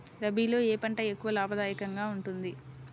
రబీలో ఏ పంట ఎక్కువ లాభదాయకంగా ఉంటుంది?